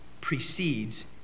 precedes